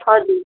हजुर